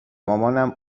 مامانم